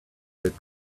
that